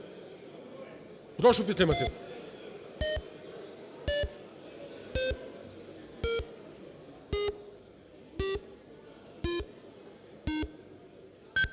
Прошу підтримати.